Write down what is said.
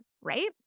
right